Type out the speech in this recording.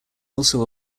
also